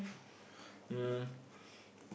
um